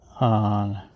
on